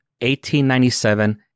1897